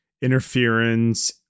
interference